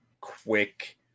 quick